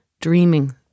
dreaming